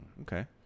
Okay